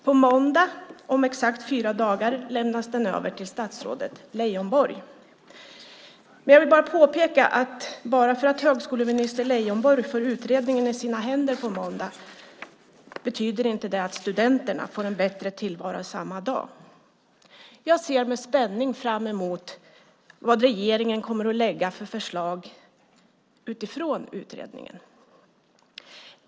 På måndag, om exakt fyra dagar, lämnas den över till statsrådet Leijonborg. Men jag vill bara påpeka att bara för att högskoleminister Leijonborg får utredningen i sina händer på måndag betyder inte det att studenterna får en bättre tillvaro samma dag. Jag ser med spänning fram emot vad regeringen kommer att lägga fram för förslag utifrån utredningen.